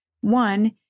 One